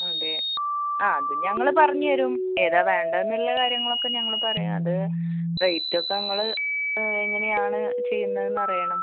അതെ ആ ഞങ്ങൾ പറഞ്ഞു തരും ഏതാ വേണ്ടെന്നുള്ള കാര്യങ്ങളൊക്കെ ഞങ്ങൾ പറയാം അത് റേറ്റൊക്കെ ഇങ്ങൾ എങ്ങനെയാണ് ചെയ്യുന്നേന്നറിയണം